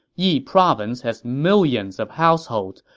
yi province has millions of households,